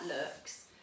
looks